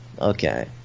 okay